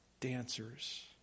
dancers